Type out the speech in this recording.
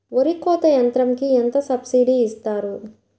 వరి కోత యంత్రంకి ఎంత సబ్సిడీ ఇస్తారు?